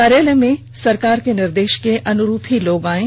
कार्यालय में सरकार के निर्देष के अनुरूप ही लोग आयें